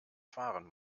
fahren